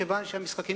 כיוון שהמשחקים,